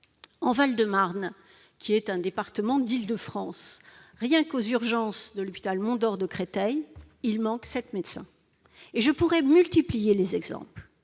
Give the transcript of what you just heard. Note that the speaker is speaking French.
le Val-de-Marne, département d'Île-de-France, rien qu'aux urgences de l'hôpital Henri-Mondor de Créteil, il manque sept médecins. Je pourrais multiplier les exemples.